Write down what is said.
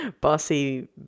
bossy